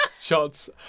Shots